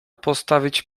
postawić